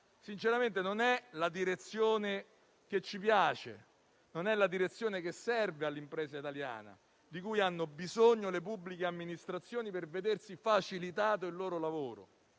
bocciato. Non è la direzione che ci piace, né quella che serve all'impresa italiana e di cui hanno bisogno le pubbliche amministrazioni per vedersi facilitato il lavoro.